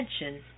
attention